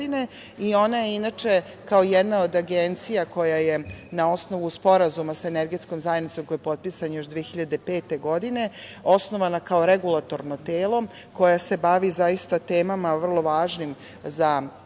Ona je inače kao jedna od agencija koja je na osnovu Sporazuma sa Energetskom zajednicom koji je potpisan još 2005. godine osnovana kao regulatorno telo koja se bavi zaista temama vrlo važnim za uopšte